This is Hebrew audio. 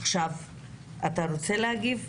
אתה רוצה להגיב?